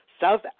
South